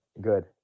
good